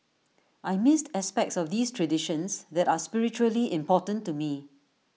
I missed aspects of these traditions that are spiritually important to me